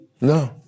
No